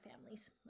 families